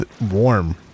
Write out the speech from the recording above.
warm